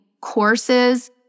courses